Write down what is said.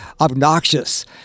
obnoxious